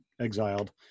exiled